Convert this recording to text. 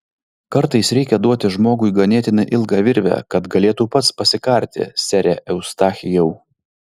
kartais reikia duoti žmogui ganėtinai ilgą virvę kad galėtų pats pasikarti sere eustachijau